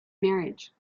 marriage